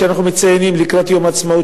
שאנחנו מציינים לקראת יום העצמאות,